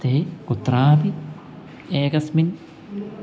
ते कुत्रापि एकस्मिन्